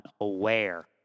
unaware